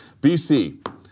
BC